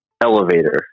elevator